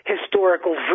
historical